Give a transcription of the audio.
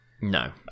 No